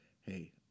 Hey